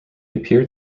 appeared